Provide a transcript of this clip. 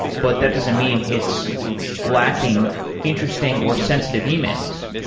but that doesn't mean it's lacking interesting, or sensitive yeah e-mails.